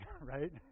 right